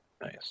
Nice